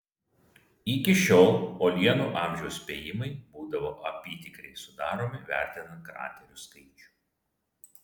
iki šiol uolienų amžiaus spėjimai būdavo apytikriai sudaromi vertinant kraterių skaičių